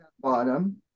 bottom